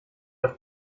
das